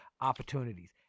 opportunities